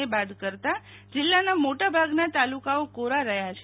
ને બાદ કરતાં જિલ્લાના મોટાભાગના તાલુકાઓ કોરા રહ્યાં છે